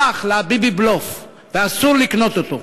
הפך ל"ביבי-בלוף", ואסור לקנות אותו.